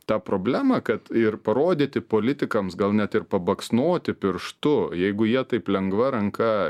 tą problemą kad ir parodyti politikams gal ne tik pabaksnoti pirštu jeigu jie taip lengva ranka